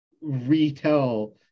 retell